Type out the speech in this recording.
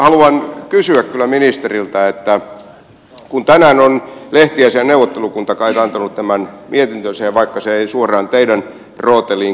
haluan kysyä kyllä ministeriltä kun tänään on lehtiasiainneuvottelukunta kait antanut tämän mietintönsä ja vaikka se ei suoraan teidän rooteliin kuulukaan